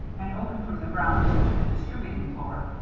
and open from the ground to the distributing floor,